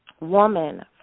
woman